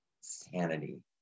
sanity